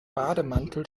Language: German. bademantel